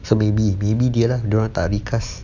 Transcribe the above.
so maybe maybe dia lah dia orang tak recast